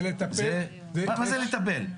זה לטפל --- מה זה לטפל?